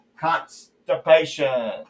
constipation